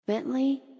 Bentley